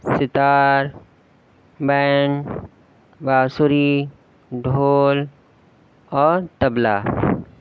ستار band بانسری ڈھول اور طبلہ